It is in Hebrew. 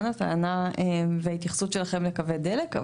הטענה וההתייחסות שלכם לקווי הדלק מובנת,